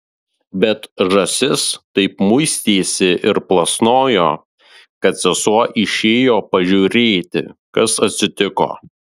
bet žąsis taip muistėsi ir plasnojo kad sesuo išėjo pažiūrėti kas atsitiko